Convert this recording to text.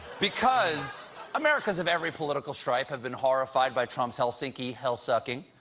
because americans of every political stripes have been horrified by trump's helsinki hell sucking,